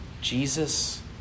Jesus